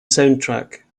soundtrack